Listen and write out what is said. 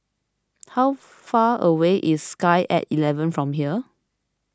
how far away is Sky at eleven from here